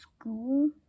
school